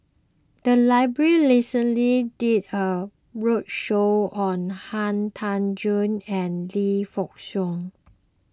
the library recently did a roadshow on Han Tan Juan and Lee Yock Suan